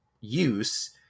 use